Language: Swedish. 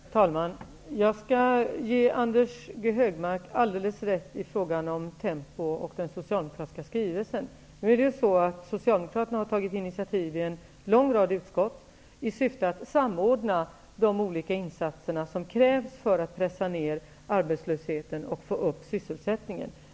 Herr talman! Jag skall ge Anders G Högmark alldeles rätt i frågan om tempo och den socialdemokratiska skrivelsen. Nu har ju Socialdemokraterna tagit initiativ i en lång rad av utskott i syfte att samordna de olika insatser som krävs för att pressa ned arbetslösheten och få upp sysselsättningen.